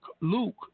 Luke